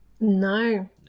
no